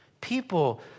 People